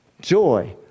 Joy